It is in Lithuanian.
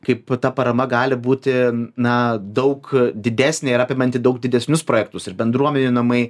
kaip ta parama gali būti na daug didesnė ir apimanti daug didesnius projektus ir bendruomenių namai